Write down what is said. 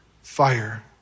fire